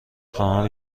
خواهم